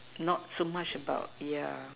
not so much about yeah